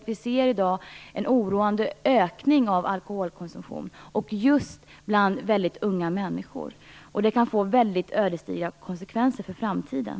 Vi ser i dag en oroande ökning av alkoholkonsumtionen just bland unga människor. Det kan få ödesdigra konsekvenser för framtiden.